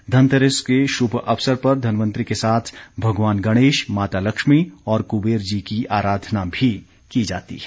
धनतेरस के शुभ अवसर पर धनवंतरि के साथ भगवान गणेश माता लक्ष्मी और कुंबेर जी की आराधना भी की जाती है